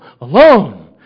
alone